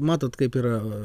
matot kaip yra